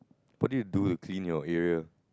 what do you do to clean your area